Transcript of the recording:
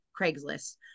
Craigslist